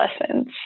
lessons